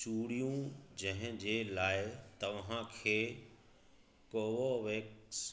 चूड़ियूं जंहिं जे लाइ तव्हां खे कोवो वैक्स